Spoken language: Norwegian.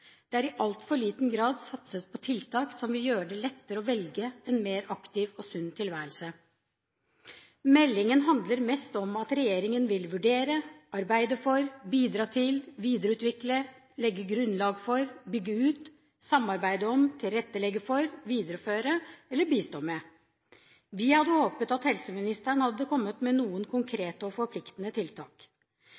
Det er i altfor liten grad satset på tiltak som vil gjøre det lettere å velge en mer aktiv og sunn tilværelse. Meldingen handler mest om at regjeringen vil vurdere, arbeide for, bidra til, videreutvikle, legge grunnlag for, bygge ut, samarbeide om, tilrettelegge for, videreføre eller bistå med. Vi hadde håpet at helseministeren hadde kommet med noen